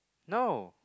no